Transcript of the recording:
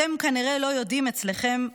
אתם כנראה לא יודעים אצלכם,